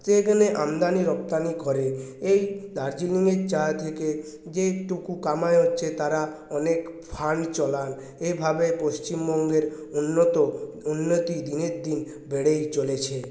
যে এখানে আমদানি রপ্তানি করে এই দার্জিলিংয়ের চা থেকে যেটুকু কামাই হচ্ছে তারা অনেক ফান্ড চলান এভাবে পশ্চিমবঙ্গের উন্নত উন্নতি দিনের দিন বেড়েই চলেছে